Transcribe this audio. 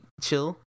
chill